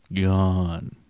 Gone